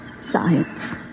Science